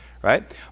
right